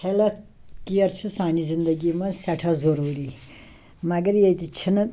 health care چھ سانہِ زندگی مَنٛز سٮ۪ٹھاہ ضُروٗری مگر ییٚتہِ چھِنہٕ